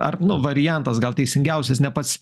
ar nu variantas gal teisingiausias ne pats